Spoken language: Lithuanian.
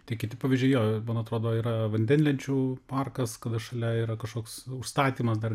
tai kiti pavyzdžiai jo man atrodo yra vandenlenčių parkas kada šalia yra kažkoks užstatymas dar